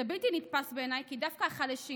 זה בלתי נתפס בעיניי כי דווקא החלשים